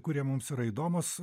kurie mums yra įdomūs